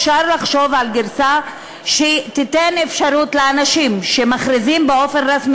שאפשר לחשוב על גרסה שתיתן אפשרות לאנשים שמכריזים באופן רשמי